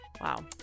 Wow